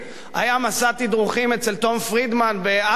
היה מסע תדרוכים אצל תום פרידמן באספן,